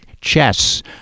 chess